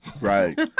Right